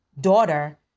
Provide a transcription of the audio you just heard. daughter